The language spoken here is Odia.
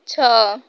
ଛଅ